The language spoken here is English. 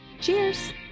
Cheers